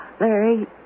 Larry